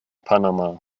panama